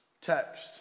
text